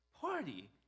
party